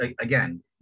again